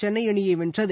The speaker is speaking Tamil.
சென்னைஅணியைவென்றது